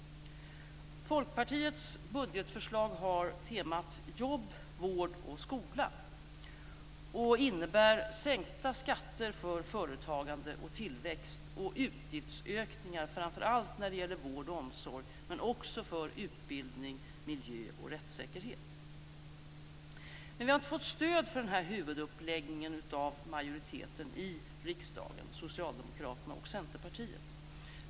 Folkpartiets budgetförslag har temat jobb, vård och skola och innebär sänkta skatter för företagande och tillväxt och utgiftsökningar framför allt när det gäller vård och omsorg men också för utbildning, miljö och rättssäkerhet. Vi har dock inte fått stöd i denna huvuduppläggning från majoriteten i riksdagen, Socialdemokraterna och Centerpartiet.